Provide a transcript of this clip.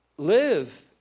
live